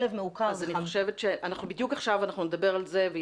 כלב מעוקר --- אנחנו בדיוק עכשיו נדבר על זה,